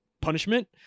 punishment